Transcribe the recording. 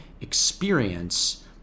experience